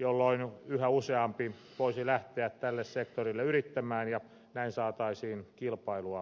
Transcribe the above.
jolloin yhä useampi voisi lähteä tälle sektorille yrittämään ja näin saataisiin kilpailua lisää